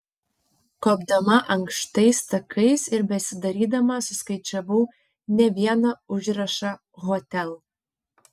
kopdama ankštais takais ir besidarydama suskaičiavau ne vieną užrašą hotel